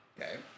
Okay